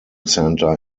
centre